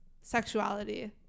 sexuality